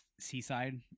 Seaside